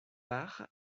par